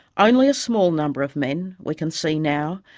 only a small number of men, we can see now,